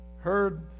heard